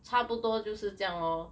差不多就是这样 lor